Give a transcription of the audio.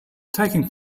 taking